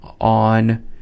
on